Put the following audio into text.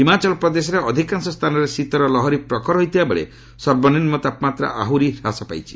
ହିମାଚଳ ପ୍ରଦେଶର ଅଧିକାଂଶ ସ୍ଥାନରେ ଶୀତର ଲହରୀ ପ୍ରଖର ହୋଇଥିବା ବେଳେ ସର୍ବନିମ୍ନ ତାପମାତ୍ରା ଆହୁରି ହ୍ରାସ ଘଟିଛି